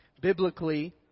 Biblically